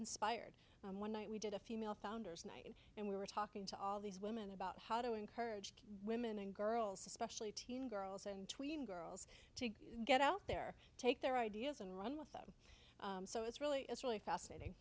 inspired one night we did a female founders night and we were talking to all these women about how to encourage women and girls especially teen girls and tween girls to get out there take their ideas and run with them so it's really it's really fascinating